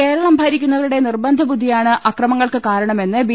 കേരളം ഭരിക്കുന്നവരുടെ നിർബന്ധബുദ്ധിയാണ് അക്രമ ങ്ങൾക്ക് കാരണമെന്ന് ബി